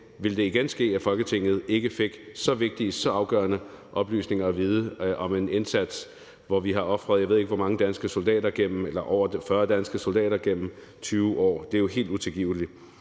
ville ske igen, at Folketinget ikke ville få så vigtige og så afgørende oplysninger at vide om en indsats, hvor vi har ofret over 40 danske soldater gennem 20 år? Det er jo helt utilgiveligt.